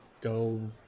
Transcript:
go